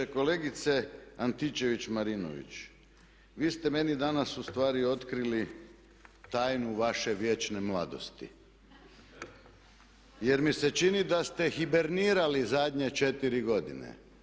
Kolegice Antičević-Marinović vi ste meni danas ustvari otkrili tajnu vaše vječne mladosti jer mi se čini da ste hibernirali zadnje 4 godine.